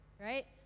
right